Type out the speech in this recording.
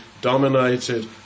dominated